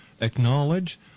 acknowledge